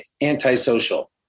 anti-social